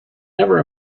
never